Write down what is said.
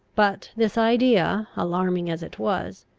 but this idea, alarming as it was,